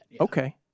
Okay